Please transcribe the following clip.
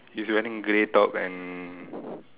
he's wearing grey top and